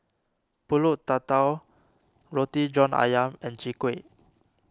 Pulut Tatal Roti John Ayam and Chwee Kueh